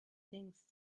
things